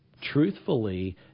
Truthfully